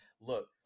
look